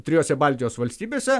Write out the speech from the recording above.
trijose baltijos valstybėse